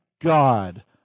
God